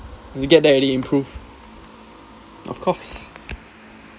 we get there already improve of course